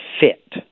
fit